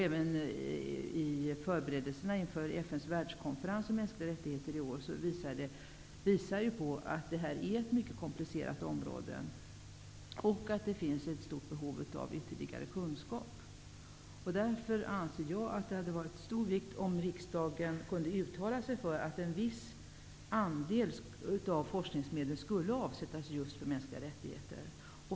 Även förberedelserna inför FN:s världskonferens om mänskliga rättigheter visar på att detta är ett komplicerat område och att det finns ett stort behov av ytterligare kunskaper. Därför anser jag att det hade varit av stor vikt om riksdagen hade kunnat uttala sig för att en viss andel av forskningsmedlen skulle avsättas just för mänskliga rättigheter.